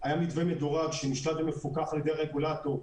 היה מתווה מדורג שנשלט ומפוקח על ידי הרגולטור,